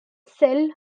cell